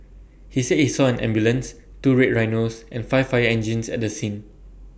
he said he saw an ambulance two red Rhinos and five fire engines at the scene